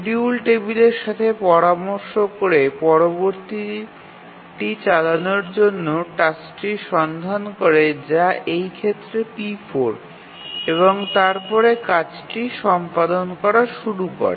schedule টেবিলের সাথে পরামর্শ করে পরবর্তীটি চালানোর জন্য টাস্কটি সন্ধান করে যা এই ক্ষেত্রে p4 এবং তারপরে কাজটি সম্পাদন করা শুরু করে